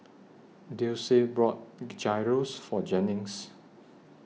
Dulcie bought Gyros For Jennings